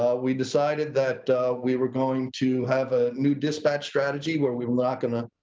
ah we decided that we were going to have a new dispatch strategy where we were not going to